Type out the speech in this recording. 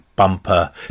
bumper